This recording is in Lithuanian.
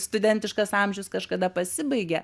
studentiškas amžius kažkada pasibaigė